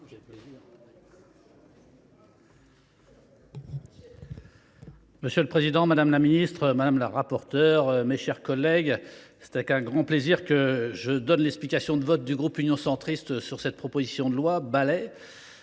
Monsieur le président, madame la ministre, madame la rapporteure, mes chers collègues, c’est avec un grand plaisir que je m’apprête à expliquer le vote du groupe Union Centriste sur cette proposition de loi Balai